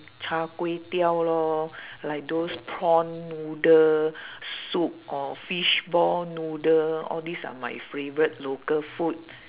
char kway teow lor like those prawn noodle soup or fishball noodle all these are my favourite local food